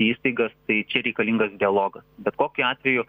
įstaigas tai čia reikalingas dialogas bet kokiu atveju